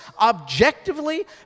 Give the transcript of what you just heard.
objectively